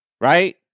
Right